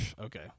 Okay